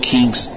Kings